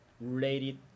related